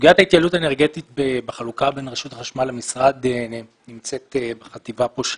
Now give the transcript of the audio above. סוגיית ההתייעלות האנרגטית בחלוקה בין רשות החשמל למשרד נמצאת בחטיבה של